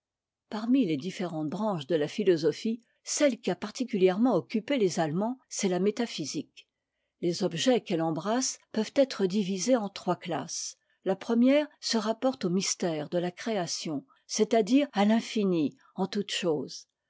parmi les différentes branches de la philosophie celle qui a particulièrement occupé les allemands c'est la métaphysique les objets qu'elle embrasse peuvent être divises en trois classes la première se rapporte au mystère de la création c'est-à-dire à l'infini en toutes choses